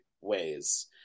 ways